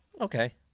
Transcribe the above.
okay